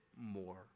more